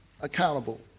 accountable